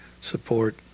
support